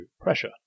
pressure